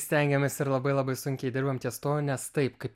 stengiamės ir labai labai sunkiai dirbam ties tuo nes taip kaip